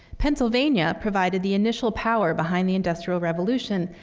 pennsylvania provided the initial power behind the industrial revolution,